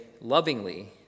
lovingly